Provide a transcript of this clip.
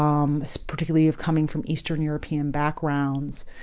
um particularly of coming from eastern european backgrounds,